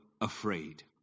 afraid